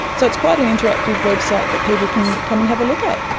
so it's quite an interactive website that people can come and have a look at.